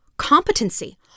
Competency